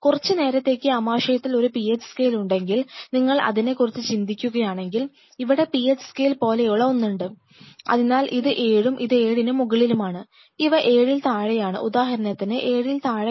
കുറച്ചു നേരത്തേക്ക് ആമാശയത്തിൽ ഒരു PH സ്കെയിൽ ഉണ്ടെങ്കിൽ നിങ്ങൾ അതിനെക്കുറിച്ച് ചിന്തിക്കുകയാണെങ്കിൽ ഇവിടെ PH സ്കെയിൽ പോലെയുള്ള ഒന്നുണ്ട് അതിനാൽ ഇത് 7 ഉം ഇത് 7നു മുകളിലുമാണ് ഇവ 7 ൽ താഴെയാണ് ഉദാഹരണത്തിന് 7 ൽ താഴെ കാണുക